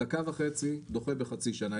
בדקה וחצי הוא דוחה את זה בחצי שנה.